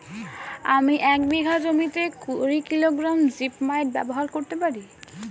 আমি এক বিঘা জমিতে কুড়ি কিলোগ্রাম জিপমাইট ব্যবহার করতে পারি?